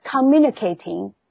communicating